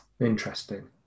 interesting